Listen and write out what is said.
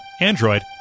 Android